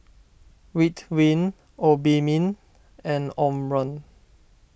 Ridwind Obimin and Omron